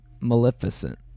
Maleficent